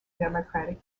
democratic